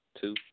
two